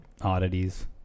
oddities